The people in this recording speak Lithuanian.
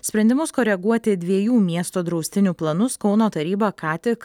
sprendimus koreguoti dviejų miesto draustinių planus kauno taryba ką tik